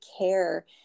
care